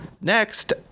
Next